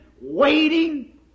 waiting